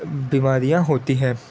بیماریاں ہوتی ہیں